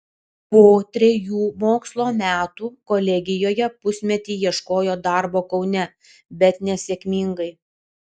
po trejų mokslo metų kolegijoje pusmetį ieškojo darbo kaune bet nesėkmingai